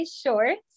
Shorts